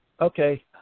Okay